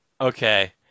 okay